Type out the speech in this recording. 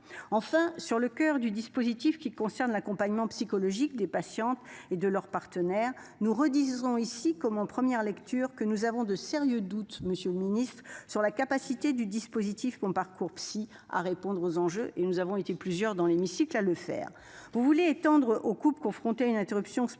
Enfin sur le coeur du dispositif qui concernent l'accompagnement psychologique des patientes et de leurs partenaires nous redisons ici comme en première lecture que nous avons de sérieux doutes. Monsieur le Ministre, sur la capacité du dispositif bon parcours psy à répondre aux enjeux et nous avons été plusieurs dans l'hémicycle à le faire. Vous voulez étendre aux couples confrontés à une interruption spontanée